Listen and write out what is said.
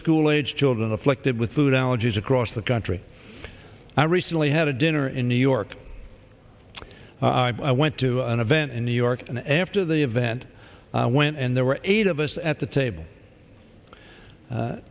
school age children afflicted with food allergies across the country i recently had a dinner in new york i went to an event in new york and after the event when and there were eight of us at the table